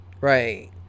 right